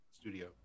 studio